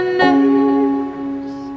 names